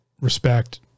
respect